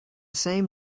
same